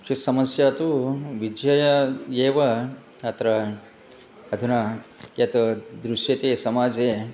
क्वचित् समस्या तु विद्यया एव अत्र अधुना यत् दृश्यते समाजे